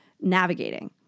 navigating